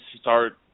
start